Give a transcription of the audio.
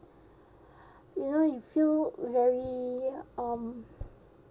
you know you feel very um